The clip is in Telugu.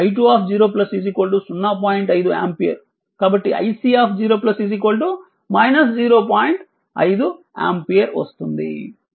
మరియు 𝜏 C RThevenin